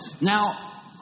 Now